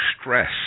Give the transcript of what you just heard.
stress